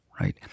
right